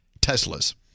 Tesla's